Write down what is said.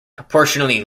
proportionally